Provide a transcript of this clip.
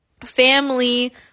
family